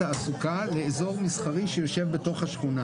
תעסוקה לאיזור מסחרי שיושב בתוך השכונה.